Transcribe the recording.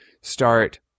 start